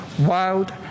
wild